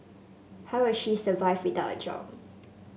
how will she survive without a job